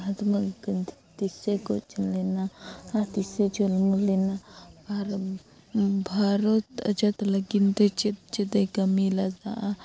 ᱢᱚᱦᱟᱛᱢᱟ ᱜᱟᱱᱫᱷᱤ ᱛᱤᱥᱮ ᱜᱚᱡ ᱞᱮᱱᱟ ᱟᱨ ᱛᱤᱥᱮ ᱡᱚᱱᱢᱚ ᱞᱮᱱᱟ ᱟᱨ ᱵᱷᱟᱨᱚᱛ ᱟᱡᱟᱫᱽ ᱞᱟᱹᱜᱤᱫ ᱛᱮ ᱪᱮᱫ ᱪᱮᱫ ᱮ ᱠᱟᱹᱢᱤ ᱞᱮᱫᱟ